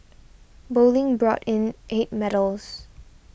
bowling brought in eight medals